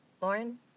Lauren